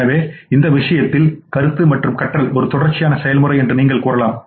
எனவே இந்த விஷயத்தில் கருத்து மற்றும் கற்றல் ஒரு தொடர்ச்சியான செயல்முறை என்று நீங்கள் கூறலாம்